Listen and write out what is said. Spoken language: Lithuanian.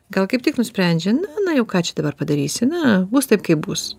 gal kaip tik nusprendžia na jau ką čia dabar padarysi na bus taip kaip bus